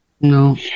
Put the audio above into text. No